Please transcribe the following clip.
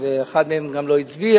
ואחד מהם גם לא הצביע.